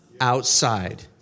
outside